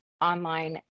online